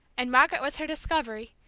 and margaret was her discovery,